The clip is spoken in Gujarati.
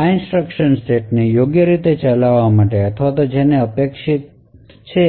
આ ઇન્સટ્રકશન સેટને યોગ્ય રીતે ચલાવવા માટે અથવા જેની અપેક્ષા છે તે છે